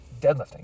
deadlifting